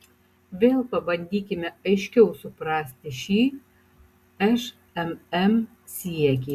vėl pabandykime aiškiau suprasti šį šmm siekį